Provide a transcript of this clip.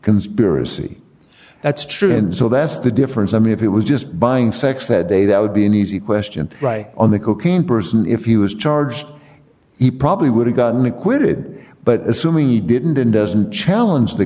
conspiracy that's true and so that's the difference i mean if it was just buying sex that day that would be an easy question on the cocaine person if he was charged he probably would have gotten acquitted but assuming he didn't and doesn't challenge the